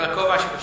בכובע של יושב-ראש.